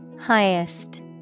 Highest